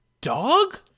dog